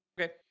Okay